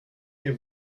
mais